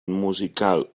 musical